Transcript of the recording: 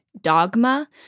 dogma